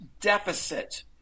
deficit